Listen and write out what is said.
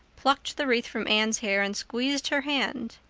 plucked the wreath from anne's hair and squeezed her hand.